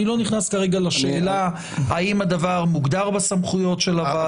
אני לא נכנס כרגע לשאלה האם הדבר מוגדר בסמכויות של הוועדה או לא,